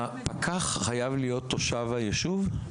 הפקח חייב להיות תושב היישוב?